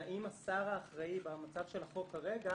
והאם השר האחראי במצב של החוק כרגע